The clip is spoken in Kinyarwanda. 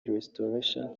restoration